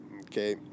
okay